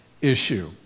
issue